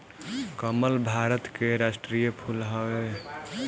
कमल भारत के राष्ट्रीय फूल हवे